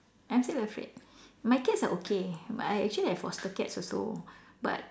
I'm still afraid my cats are okay but I actually have foster cats also but